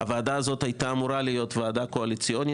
הוועדה הזאת הייתה אמורה להיות ועדה קואליציונית,